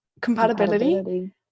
Compatibility